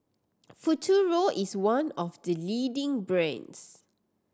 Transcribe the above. Futuro is one of the leading brands